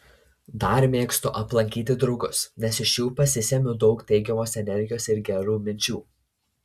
dar mėgstu aplankyti draugus nes iš jų pasisemiu daug teigiamos energijos ir gerų minčių